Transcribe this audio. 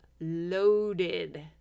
loaded